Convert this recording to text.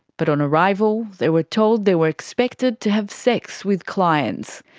but on arrival, they were told they were expected to have sex with clients.